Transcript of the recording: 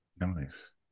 Nice